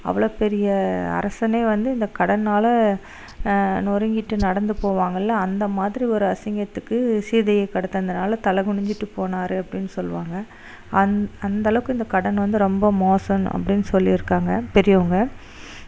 அவ்வளோவு பெரிய அரசனே வந்து இந்த கடனால் நொறுங்கிவிட்டு நடந்து போவாங்கள்ல அந்த மாதிரி ஒரு அசிங்கத்துக்கு சீதையை கடத்தினதுனால தலை குனிஞ்சுட்டு போனார் அப்படின்னு சொல்லுவாங்க அந் அந்த அளவுக்கு இந்த கடன் வந்து ரொம்ப மோசம் அப்படின்னு சொல்லியிருக்காங்க பெரியவங்க